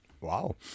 Wow